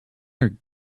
are